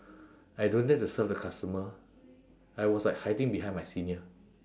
I don't dare to serve the customer I was like hiding behind my senior